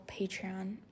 Patreon